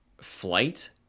flight